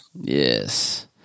Yes